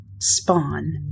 spawn